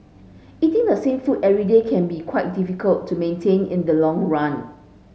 eating the same food every day can be quite difficult to maintain in the long run